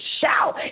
shout